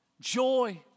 joy